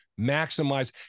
maximize